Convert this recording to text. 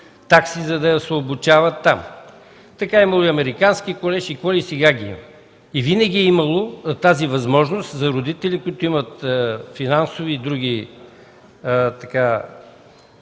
такси, за да се обучава тя там. Имало е и Американски колеж, и какво ли, и сега ги има. Винаги е имало тази възможност за родители, които имат финансови и други